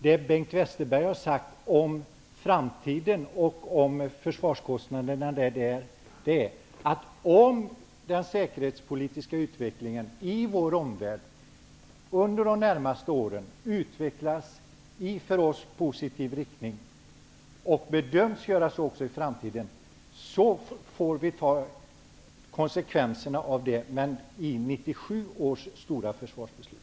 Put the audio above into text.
Det Bengt Westerberg har sagt om framtiden och försvarskostnaderna är att om den säkerhetspolitiska utvecklingen i vår omvärld under de närmaste åren utvecklas i en för oss positiv riktning och bedöms göra det även i framtiden, får vi ta konsekvenserna av det i 1997 års stora försvarsbeslut.